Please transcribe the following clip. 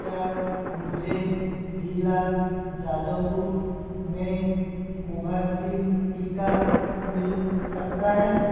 क्या मुझे ज़िला जाजोपुर में कोभैक्सीन टीका मिल सकता है